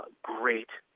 great